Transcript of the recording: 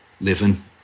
living